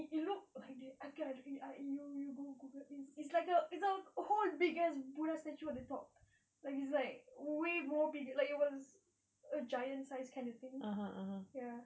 it it look like they you go google is like a hole big ass buddha statue at the top like it's like way big like it was a giant-sized kind of thing ya